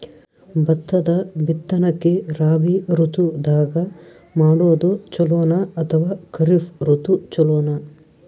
ಭತ್ತದ ಬಿತ್ತನಕಿ ರಾಬಿ ಋತು ದಾಗ ಮಾಡೋದು ಚಲೋನ ಅಥವಾ ಖರೀಫ್ ಋತು ಚಲೋನ?